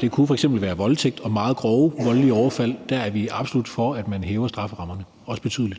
Det kunne f.eks. være i forbindelse med voldtægt og meget grove overfald. Der er vi absolut for, at man hæver strafferammerne, og også, at